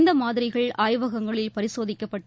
இந்த மாதிரிகள் ஆய்வகங்களில் பரிசோதிக்கப்பட்டு